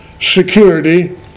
security